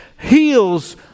heals